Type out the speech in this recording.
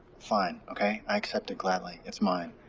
fine, okay? i accept it gladly. it's mine.